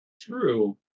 True